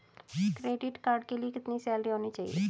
Credit card के लिए कितनी सैलरी होनी चाहिए?